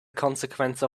consequence